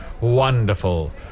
wonderful